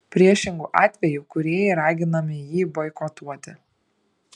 priešingu atveju kūrėjai raginami jį boikotuoti